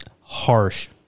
harsh